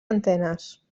antenes